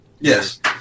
Yes